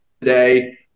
today